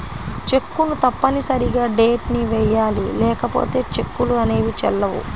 చెక్కును తప్పనిసరిగా డేట్ ని వెయ్యాలి లేకపోతే చెక్కులు అనేవి చెల్లవు